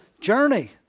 journey